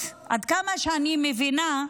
עד כמה שאני מבינה,